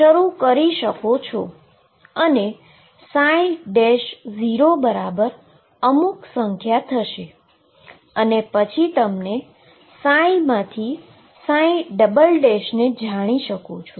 અને 0 બરાબર અમુક સંખ્યા થશે અને પછી તમને ψ માંથી ને જાણી શકો છો